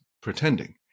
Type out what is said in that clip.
pretending